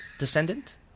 descendant